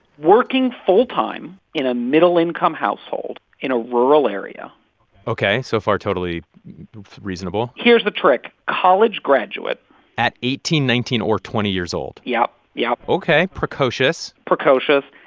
working full-time in a middle-income household in a rural area ok. so far, totally reasonable here's the trick college graduate at eighteen, nineteen or twenty years old yup, yup ok, precocious precocious,